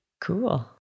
Cool